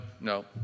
no